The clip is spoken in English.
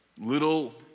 little